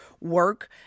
work